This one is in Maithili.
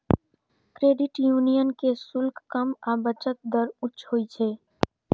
क्रेडिट यूनियन के शुल्क कम आ बचत दर उच्च होइ छै